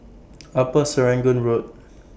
Upper Serangoon Road